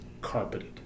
carpeted